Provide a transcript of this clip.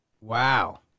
Wow